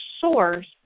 source